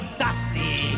dusty